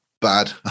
bad